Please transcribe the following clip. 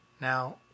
Now